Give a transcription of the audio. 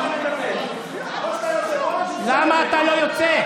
או שאתה יושב-ראש, למה אתה לא יוצא?